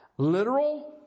Literal